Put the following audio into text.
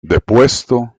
depuesto